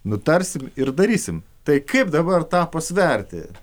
nutarsim ir darysim tai kaip dabar tapo sverti